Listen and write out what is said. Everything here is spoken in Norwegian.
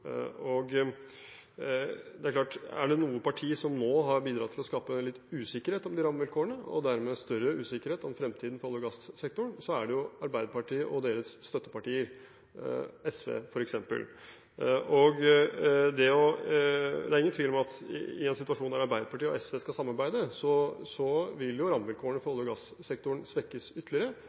Det er klart at er det noe parti som nå har bidratt til å skape litt usikkerhet om de rammevilkårene, og dermed større usikkerhet om fremtiden på olje- og gassektoren, så er det jo Arbeiderpartiet og deres støttepartier, f.eks. SV. Det er ingen tvil om at i en situasjon der Arbeiderpartiet og SV skal samarbeide, vil rammevilkårene for olje- og gassektoren svekkes ytterligere.